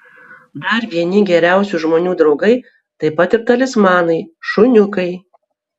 dar vieni geriausi žmonių draugai taip pat ir talismanai šuniukai